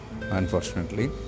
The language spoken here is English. Unfortunately